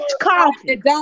coffee